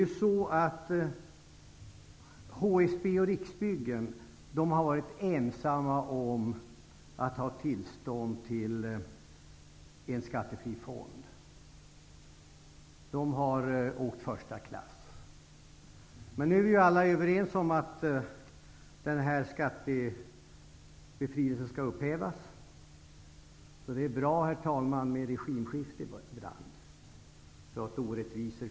HSB och Riksbyggen har ju varit ensamma om att ha tillstånd att ha en skattefri fond -- de har åkt första klass. Men nu är vi alla överens om att den här skattebefrielsen skall upphävas. Ibland är det bra med ett regimskifte. På det sättet kan vi få bort orättvisor.